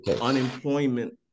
unemployment